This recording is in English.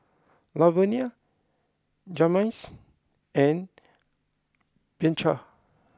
Lavonia Jazmines and Bianca